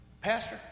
pastor